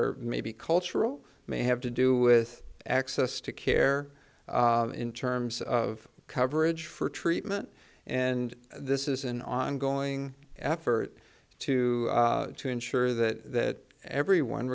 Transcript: are maybe cultural may have to do with access to care in terms of coverage for treatment and this is an ongoing effort to to ensure that everyone